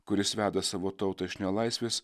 kuris veda savo tautą iš nelaisvės